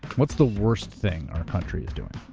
what's the worst thing our country is doing?